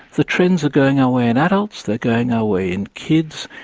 the trends are going away in adults, they're going ah away in kids.